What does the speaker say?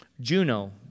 Juno